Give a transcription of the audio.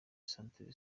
centre